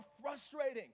frustrating